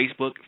Facebook